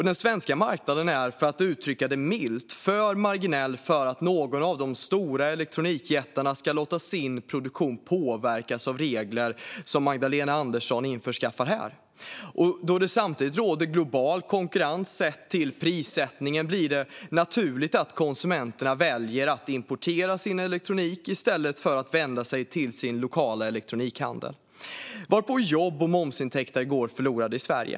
Den svenska marknaden är, för att uttrycka det milt, för marginell för att någon av de stora elektronikjättarna ska låta sin produktion påverkas av regler som Magdalena Andersson inför här. Då det samtidigt råder global konkurrens sett till prissättning blir det naturligt att konsumenterna väljer att importera sin elektronik i stället för att vända sig till sin lokala elektronikhandel, varpå jobb och momsintäkter går förlorade i Sverige.